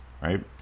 right